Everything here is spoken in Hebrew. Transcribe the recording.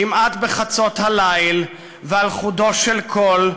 כמעט בחצות הליל, ועל חודו של קול.